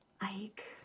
Ike